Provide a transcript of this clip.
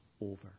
over